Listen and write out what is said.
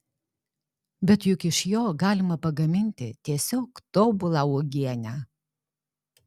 bet juk iš jo galima pagaminti tiesiog tobulą uogienę